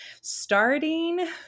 starting